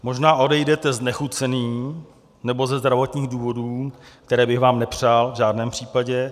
Možná odejdete znechucený nebo ze zdravotních důvodů, které bych vám nepřál v žádném případě.